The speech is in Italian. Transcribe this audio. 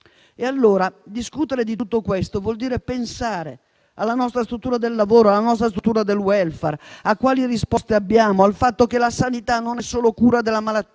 avanti. Discutere di tutto questo vuol dire pensare alla nostra struttura del lavoro, alla nostra struttura del *welfare*, a quali risposte abbiamo, al fatto che la sanità non è solo cura della malattia,